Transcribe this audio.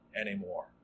anymore